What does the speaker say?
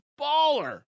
baller